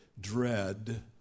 dread